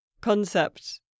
concept